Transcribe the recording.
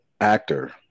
actor